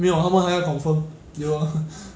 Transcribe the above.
没有他们还要 confirm ya lor